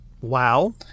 wow